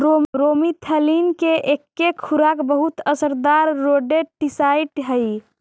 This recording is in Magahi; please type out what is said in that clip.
ब्रोमेथलीन के एके खुराक बहुत असरदार रोडेंटिसाइड हई